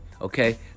okay